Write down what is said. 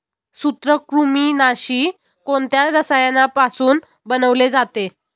सूत्रकृमिनाशी कोणत्या रसायनापासून बनवले जाते?